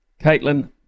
Caitlin